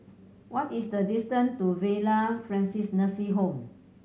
what is the distance to Villa Francis Nursing Home